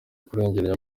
kurengera